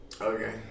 Okay